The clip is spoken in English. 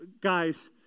guys